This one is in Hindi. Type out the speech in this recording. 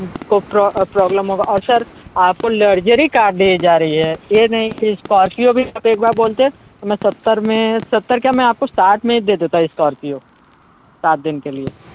को प्रॉब्लम होगा और सर आपको लग्जरी कार दिए जा रही है ये नहीं कि स्कॉरपियो भी आप एक बार बोलते है तो मैं सत्तर में सत्तर क्या मैं आपको साठ में दे देता है स्कोर्पियो सात दिन के लिए